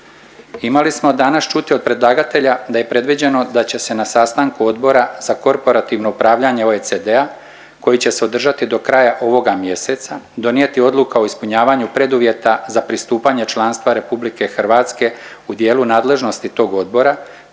Imali smo danas čuti od predlagatelja da je predviđeno da će se na sastanku Odbora za korporativno upravljanje OECD-a koji će se održati do kraja ovoga mjeseca, donijeti odluka o ispunjavanju preduvjeta za pristupanje članstva RH u dijelu nadležnosti tog odbora